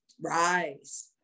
Rise